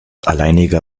alleiniger